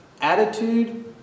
Attitude